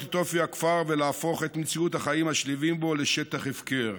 את אופי הכפר ולהפוך את מציאות החיים השלווה בו לשטח הפקר.